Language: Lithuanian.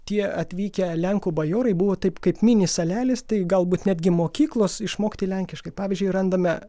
tie atvykę lenkų bajorai buvo taip kaip mini salelės tai galbūt netgi mokyklos išmokti lenkiškai pavyzdžiui randame